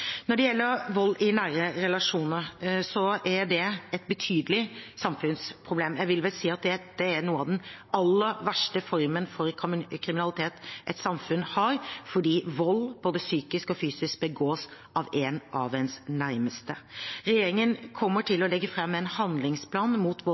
Når det gjelder vold i nære relasjoner, er det et betydelig samfunnsproblem. Jeg vil vel si at det er en av de aller verste formene for kriminalitet et samfunn har, fordi vold, både psykisk og fysisk, begås av en av ens nærmeste. Regjeringen kommer